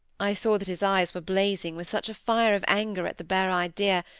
i saw that his eyes were blazing with such a fire of anger at the bare idea,